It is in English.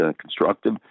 constructive